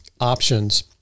Options